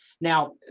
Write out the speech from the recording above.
Now